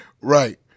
Right